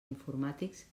informàtics